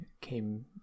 came